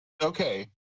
okay